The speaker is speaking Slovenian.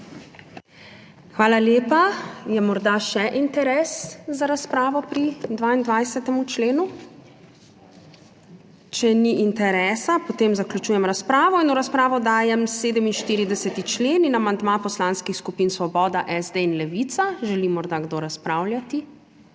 Hvala lepa. Je morda še interes za razpravo pri 22. členu? Če ni interesa, potem zaključujem razpravo. V razpravo dajem 47. člen in amandma poslanskih skupin Svoboda, SD in Levica. Želi morda kdo razpravljati?